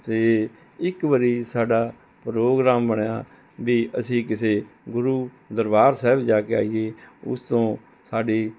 ਅਤੇ ਇੱਕ ਵਾਰੀ ਸਾਡਾ ਪ੍ਰੋਗਰਾਮ ਬਣਿਆ ਵੀ ਅਸੀਂ ਕਿਸੇ ਗੁਰੂ ਦਰਬਾਰ ਸਾਹਿਬ ਜਾ ਕੇ ਆਈਏ ਉਸ ਤੋਂ ਸਾਡੀ